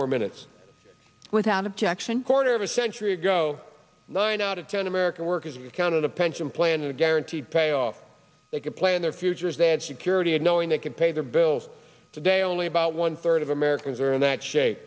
more minutes without objection quarter of a century ago nine out of ten american workers will count on a pension plan a guaranteed pay off they can plan their futures they had security of knowing they can pay their bills today only about one third of americans are in that shape